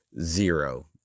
zero